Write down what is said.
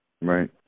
Right